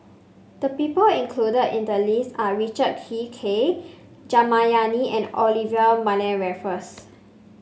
the people included in the list are Richard Kee K Jayamani and Olivia Mariamne Raffles